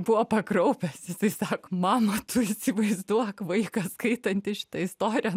buvo pakraupęs jisai sako mama tu įsivaizduok vaikas skaitantis šitą istoriją